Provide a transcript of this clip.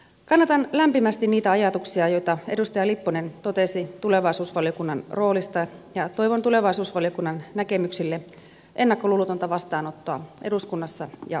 kannatan lämpimästi niitä ajatuksia joita edustaja lipponen totesi tulevaisuusvaliokunnan roolista ja toivon tulevaisuusvaliokunnan näkemyksille ennakkoluulotonta vastaanottoa eduskunnassa ja valtioneuvostossa